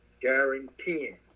guaranteeing